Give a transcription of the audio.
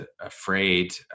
afraid